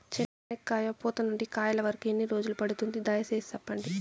చెనక్కాయ పూత నుండి కాయల వరకు ఎన్ని రోజులు పడుతుంది? దయ సేసి చెప్పండి?